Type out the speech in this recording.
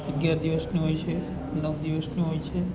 અગિયાર દિવસની હોય છે નવ દિવસની હોય છે